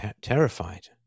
terrified